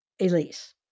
Elise